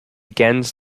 gens